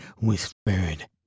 whispered